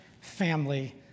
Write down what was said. family